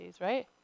right